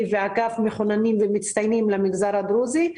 ואגף מחוננים ומצטיינים למגזר הדרוזי.